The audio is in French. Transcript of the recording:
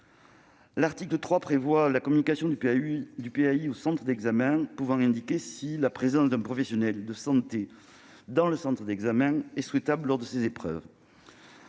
L'article 3 prévoit la communication du PAI au centre d'examen, celui-ci pouvant indiquer « si la présence d'un professionnel de santé dans le centre d'examen est souhaitable lors de ces épreuves